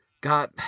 got